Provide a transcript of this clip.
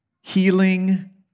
healing